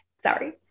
Sorry